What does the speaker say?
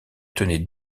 tenaient